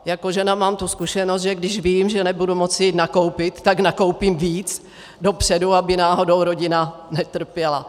Jako žena mám tu zkušenost, že když vím, že nebudu moct jít nakoupit, tak nakoupím víc dopředu, aby náhodou rodina netrpěla.